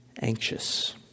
anxious